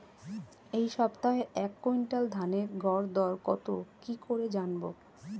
এই সপ্তাহের এক কুইন্টাল ধানের গর দর কত কি করে জানবো?